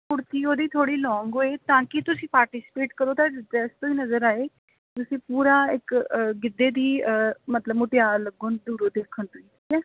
ਕੁੜਤੀ ਉਹਦੀ ਥੋੜੀ ਲੋਂਗ ਹੋਏ ਤਾਂ ਕਿ ਤੁਸੀਂ ਪਾਰਟੀਸੀਪੇਟ ਕਰੋ ਤੁਹਾਡੀ ਡਰੈੱਸ ਤੋਂ ਹੀ ਨਜ਼ਰ ਆਏ ਤੁਸੀਂ ਪੂਰਾ ਇੱਕ ਗਿੱਧੇ ਦੀ ਮਤਲਬ ਮੁਟਿਆਰ ਲੱਗੋਂ ਦੂਰੋਂ ਦੇਖਣ ਤੋਂ ਹੀ ਠੀਕ ਹੈ